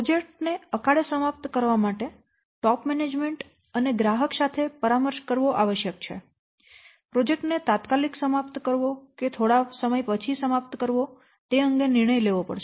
project ને અકાળે સમાપ્તિ કરવા માટે ટોપ મેનેજમેન્ટ અને ગ્રાહક સાથે પરામર્શ કરવો આવશ્યક છે પ્રોજેક્ટ ને તાત્કાલિક સમાપ્ત કરવો કે થોડા સમય પછી સમાપ્ત કરવો તે અંગે નિર્ણય લેવો પડશે